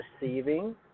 receiving